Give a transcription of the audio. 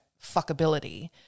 fuckability